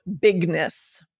bigness